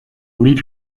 lead